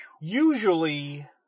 usually